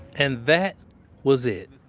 and that was it.